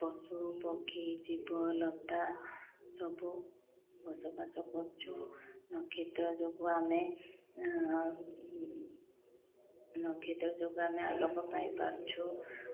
ପଶୁ ପକ୍ଷୀ ଜୀବ ଲତା ସବୁ ବସବାସ କରଛୁ ନକ୍ଷତ୍ର ଯୋଗୁଁ ଆମେ ନକ୍ଷତ୍ର ଯୋଗୁଁ ଆମେ ଆଲୋକ ପାଇପାରୁଛୁ